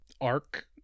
arc